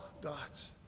gods